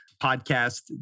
podcast